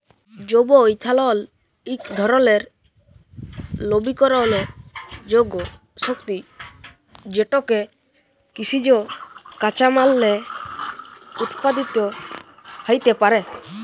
জৈব ইথালল ইক ধরলের লবিকরলযোগ্য শক্তি যেটকে কিসিজ কাঁচামাললে উৎপাদিত হ্যইতে পারে